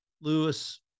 Lewis